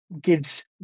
gives